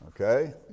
Okay